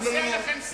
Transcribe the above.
חסר לכם שרים,